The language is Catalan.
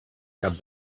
cap